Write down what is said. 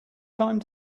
time